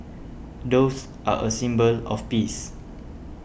doves are a symbol of peace